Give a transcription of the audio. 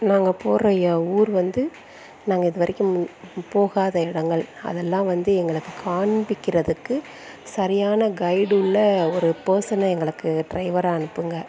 நாங்கள் போகிற ஊர் வந்து நாங்கள் இதுவரைக்கும் போகாத இடங்கள் அதெல்லாம் வந்து எங்களுக்கு காண்பிக்கிறதுக்கு சரியான கைடு உள்ள ஒரு பர்ஸனை எங்களுக்கு டிரைவராக அனுப்புங்கள்